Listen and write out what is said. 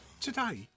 Today